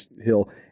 Hill